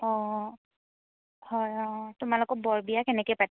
অঁ হয় অঁ তোমালোকৰ বৰ বিয়া কেনেকৈ পাতে